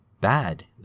bad